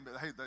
hey